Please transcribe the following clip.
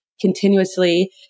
continuously